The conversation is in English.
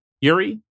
Yuri